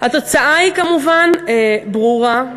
התוצאה היא כמובן ברורה,